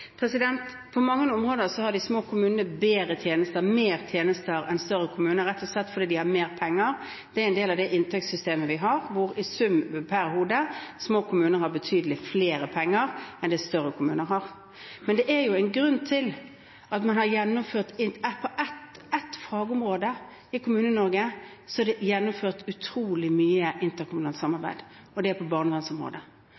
På mange områder har de små kommunene bedre og flere tjenester enn større kommuner, rett og slett fordi de har mer penger. Det er en del av det inntektssystemet vi har, hvor i sum per hode små kommuner har betydelig mer penger enn det større kommuner har. På ett fagområde i Kommune-Norge er det gjennomført utrolig mye interkommunalt samarbeid. Det er på barnevernsområdet – nettopp fordi man har